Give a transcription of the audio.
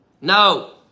no